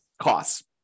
costs